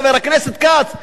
חבר הכנסת כץ,